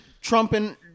trumping